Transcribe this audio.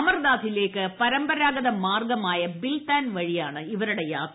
അമർനാഥിലേക്ക് പരമ്പരാഗത മാർഗമായ ബിൽത്താൻ വഴിയാണ് ഇവരുടെ യാത്ര